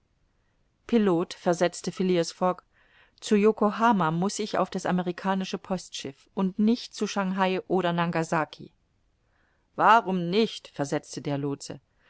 pilot versetzte philias fogg zu yokohama muß ich auf das amerikanische postschiff und nicht zu schangai oder nangasaki warum nicht versetzte der lootse